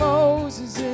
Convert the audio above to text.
Moses